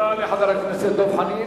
תודה לחבר הכנסת דב חנין.